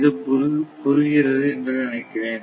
இது புரிகிறது என்று நினைக்கிறேன்